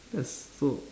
that's so